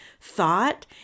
thought